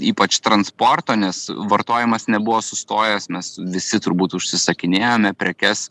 ypač transporto nes vartojimas nebuvo sustojęs mes visi turbūt užsisakinėjome prekes